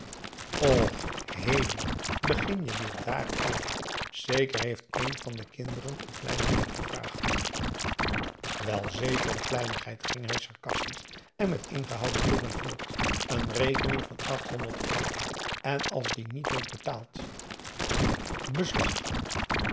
och hemel begin je weêr dààrover zeker heeft een van de kinderen een kleinigheid gevraagd wel zeker n kleinigheid ging hij sarcastisch en met ingehouden toorn voort n rekening van acht honderd gulden en als die niet wordt betaald beslag